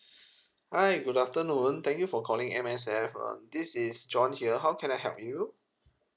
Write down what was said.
hi good afternoon thank you for calling M_S_F um this is john here how can I help you